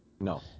No